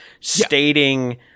stating